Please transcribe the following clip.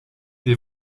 des